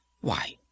Why